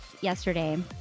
yesterday